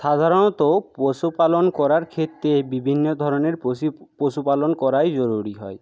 সাধারণত পশুপালন করার ক্ষেত্রে বিভিন্ন ধরনের পশি পশুপালন করাই জরুরি হয়